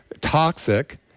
toxic